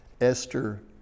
Esther